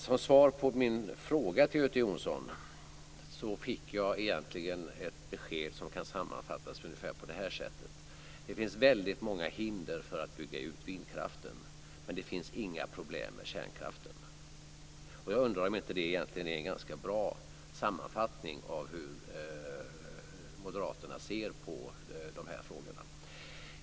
Som svar på min fråga till Göte Jonsson fick jag egentligen ett besked som kan sammanfattas ungefär på följande sätt. Det finns väldigt många hinder för att bygga ut vindkraften, men det finns inga problem med kärnkraften. Jag undrar om inte det egentligen är en ganska bra sammanfattning av hur moderaterna ser på dessa frågor.